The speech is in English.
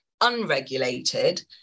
unregulated